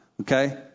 okay